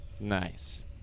Nice